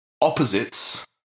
opposites